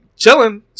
Chilling